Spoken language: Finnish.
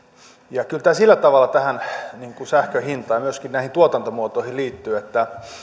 tärkeä kyllä tämä sillä tavalla sähkön hintaan ja myöskin näihin tuotantomuotoihin liittyy että